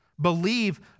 Believe